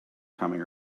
coming